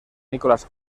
nicolas